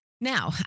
Now